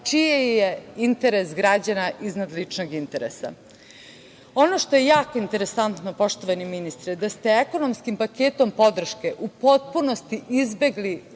čiji je interes građana iznad ličnog interesa. Ono što je jako interesantno je, poštovani ministre, da ste ekonomskim paketom podrške u potpunosti izbegli